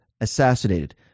assassinated